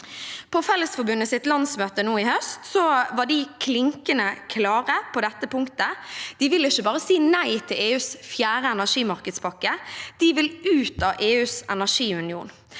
På Fellesforbundets landsmøte nå i høst var de klinkende klare på dette punktet. De vil ikke bare si nei til EUs fjerde energimarkedspakke; de vil ut av EUs energiunion.